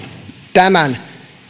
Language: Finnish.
tämän